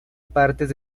partes